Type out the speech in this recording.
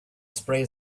spray